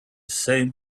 same